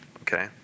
okay